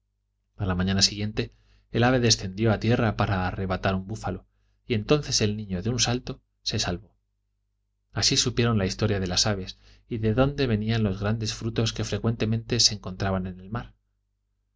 a la mañana siguiente el ave descendió a tierra para arrebatar un búfalo y entonces el niño de un salto se salvó así supieron la historia de las aves y de dónde venían los grandes frutos que frecuentemente se encontraban en el mar